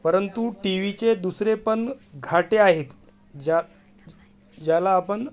परंतु टी व्हीचे दुसरे पण घाटे आहेत ज्या ज्याला आपण